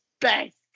best